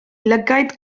lygaid